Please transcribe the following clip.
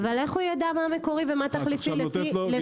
אבל איך הוא ידע מה מקורי ומה תחליפי לפי